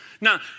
Now